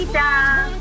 down